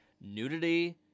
nudity